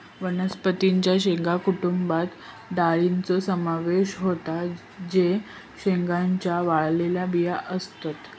वनस्पतीं च्या शेंगा कुटुंबात डाळींचो समावेश होता जे शेंगांच्या वाळलेल्या बिया असतत